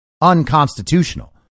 unconstitutional